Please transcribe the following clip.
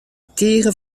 tige